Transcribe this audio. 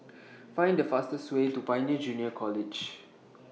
Find The fastest Way to Pioneer Junior College